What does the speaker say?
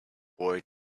boy